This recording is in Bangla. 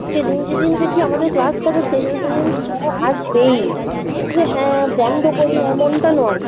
যেদিন যেদিন দেখবি আমাদের ক্লাস থাকে সেদিন সেদিন স্যার আসবেই হ্যাঁ বন্ধ করি এমনটা নয়